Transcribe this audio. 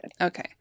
okay